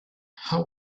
how